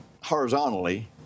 horizontally